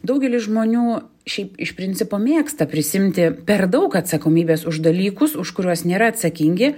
daugelis žmonių šiaip iš principo mėgsta prisiimti per daug atsakomybės už dalykus už kuriuos nėra atsakingi